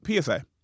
PSA